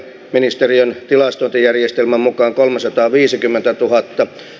ministeriön tilastointijärjestelmän mukaan kolmesataaviisikymmentätuhatta